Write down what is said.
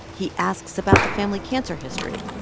he asks about the family cancer history.